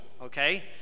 okay